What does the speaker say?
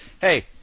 hey